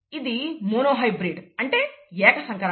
ఇది మోనోహైబ్రిడ్ అంటే ఏకసంకరణ